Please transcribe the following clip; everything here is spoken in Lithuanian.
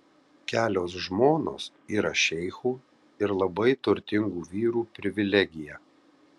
kelios žmonos yra šeichų ir labai turtingų vyrų privilegija